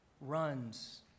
runs